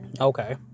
Okay